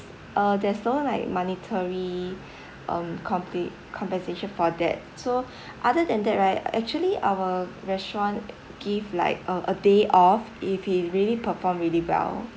uh there's no like monetary um compli~ compensation for that so other than that right actually our restaurant give like uh a day off if he really performed really well